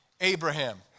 Abraham